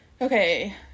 Okay